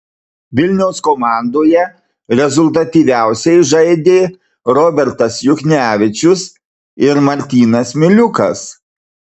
vilniaus komandoje rezultatyviausiai žaidė robertas juchnevičius ir martynas miliukas